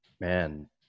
man